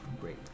great